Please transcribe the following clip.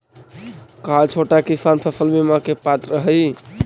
का छोटा किसान फसल बीमा के पात्र हई?